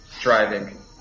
Driving